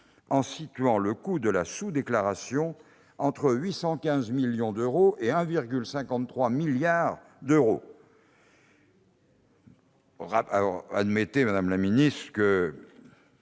en situant le coût de la sous-déclaration entre 815 millions d'euros et 1,53 milliard d'euros. Si le biologiste que